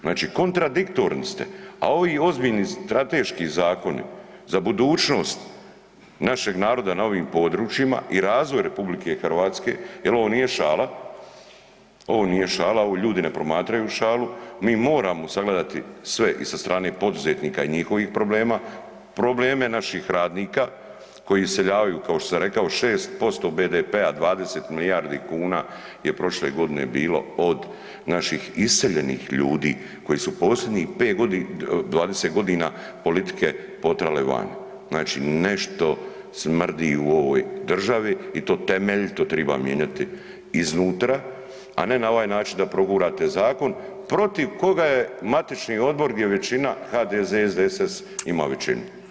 Znači, kontradiktorni ste, a ovi ozbiljni strateški zakoni za budućnost našeg naroda na ovim područjima i razvoj RH jel ovo nije šala, ovo nije šala, ovo ljudi ne promatraju šalu, mi moramo sagledati sve i sa strane poduzetnika i njihovih problema, probleme naših radnika koji iseljavaju kao što sam rekao 6% BDP-a 20 milijardi kuna je prošle godine bilo od naših iseljenih ljudi koji su posljednjih 5.g., 20.g. politike potrale van, znači nešto smrdi u ovoj državi i to temeljito triba mijenjati iznutra, a ne na ovaj način da progurate zakon protiv koga je matični odbor gdje većina HDZ, SDSS ima većinu [[Upadica: Vrijeme]] Hvala.